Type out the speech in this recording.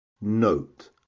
Note